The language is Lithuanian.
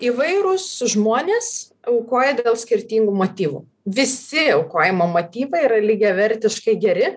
įvairūs žmonės aukoja dėl skirtingų motyvų visi aukojimo motyvai yra lygiavertiškai geri